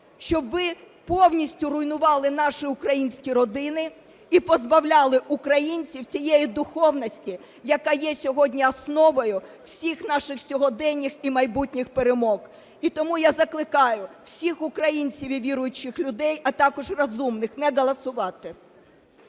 щоб ви повністю руйнували наші українські родини і позбавляли українців тієї духовності, яка є сьогодні основою всіх наших сьогоденних і майбутніх перемог. І тому я закликаю всіх українців і віруючих людей, а також розумних, не голосувати.